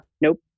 nope